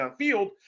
downfield